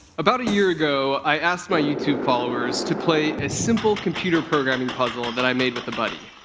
about a year ago, i asked my youtube followers to play a simple computer programming puzzle that i made with a buddy.